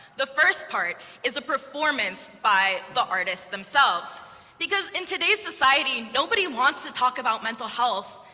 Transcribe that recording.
the first part is a performance by the artists themselves because in today's society, nobody wants to talk about mental health,